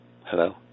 Hello